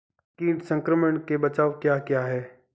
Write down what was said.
कीट संक्रमण के बचाव क्या क्या हैं?